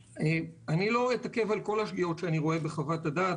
לא אתעכב על כל השגיאות שאני רואה בחוות הדעת,